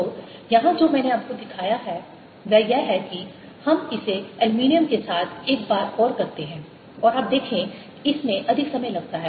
तो यहाँ जो मैंने आपको दिखाया है वह यह है कि हम इसे एल्यूमीनियम के साथ एक बार और करते हैं और आप देखें कि इसमें अधिक समय लगता है